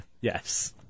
Yes